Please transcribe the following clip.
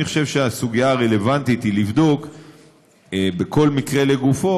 אני חושב שהסוגיה הרלוונטית היא לבדוק בכל מקרה לגופו